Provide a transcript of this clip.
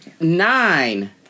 nine